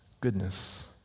goodness